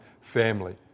family